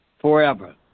forever